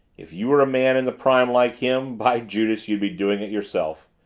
if you were a man in the prime like him, by judas, you'd be doing it yourself.